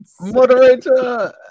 Moderator